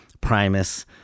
Primus